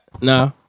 Nah